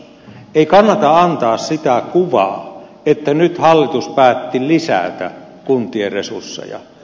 ei kannata antaa sitä kuvaa että nyt hallitus päätti lisätä kuntien resursseja